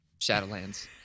Shadowlands